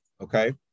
okay